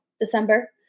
December